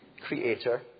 creator